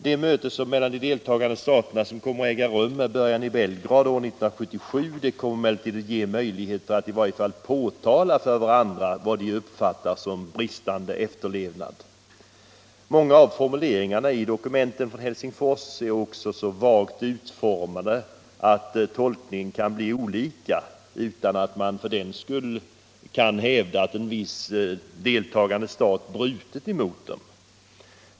De möten mellan de deltagande staterna som kommer att äga rum med början i Belgrad år 1977 kommer emellertid att ge staterna möjligheter att i varje fall påtala för varandra vad de uppfattar som bristande efterlevnad. Många av formuleringarna i dokumentet från Helsingfors är också så vagt utformade att tolkningen kan bli olika, utan att man för den skull kan hävda att en viss deltagande stat brutit mot dem.